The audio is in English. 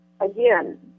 again